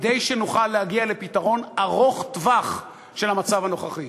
כדי שנוכל להגיע לפתרון ארוך-טווח של המצב הנוכחי.